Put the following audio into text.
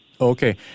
Okay